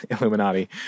illuminati